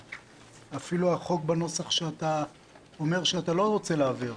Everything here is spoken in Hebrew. אפילו החוק בנוסח שאתה אומר שאתה לא רוצה להעביר,